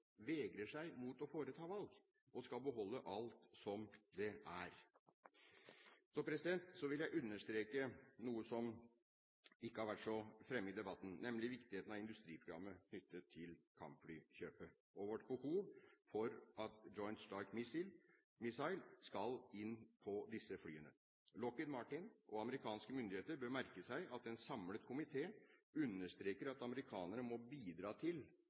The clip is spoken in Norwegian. vegrer seg for å foreta valg og skal beholde alt som det er. Så vil jeg understreke noe som ikke har vært så fremme i debatten, nemlig viktigheten av industriprogrammet knyttet til kampflykjøpet og vårt behov for at Joint Strike Missile skal inn på disse flyene. Lockheed Martin og amerikanske myndigheter bør merke seg at en samlet komité understreker at amerikanerne må bidra til